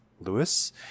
Lewis